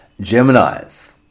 Gemini's